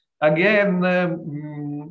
again